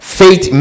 faith